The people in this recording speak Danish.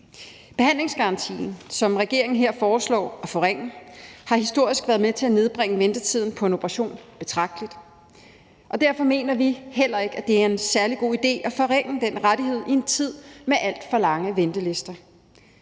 Behandlingsgarantien, som regeringen her foreslår at forringe, har historisk været med til at nedbringe ventetiden på en operation betragteligt, og derfor mener vi ikke, at det er en særlig god idé at forringe den rettighed i en tid med alt for lange ventelister.